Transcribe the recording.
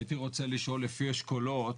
הייתי רוצה לשאול, לפי אשכולות,